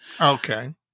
Okay